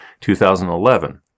2011